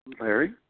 Larry